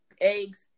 eggs